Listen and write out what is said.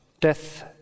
death